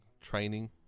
Training